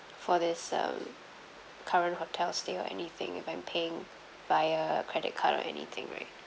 for this um current hotel stay or anything if I'm paying via credit card or anything right